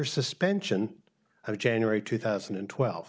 suspension of january two thousand and twelve